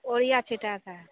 ओईया छिंटाता है